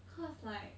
cause like